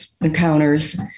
encounters